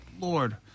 Lord